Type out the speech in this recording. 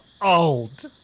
old